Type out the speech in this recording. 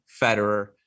Federer